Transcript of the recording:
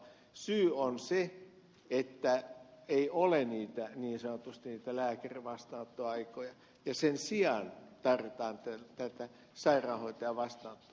syy on se että ei niin sanotusti ole niitä lääkärivastaanottoaikoja ja sen sijaan tarjotaan sairaanhoitajavastaanottoa